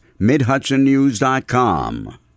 MidHudsonNews.com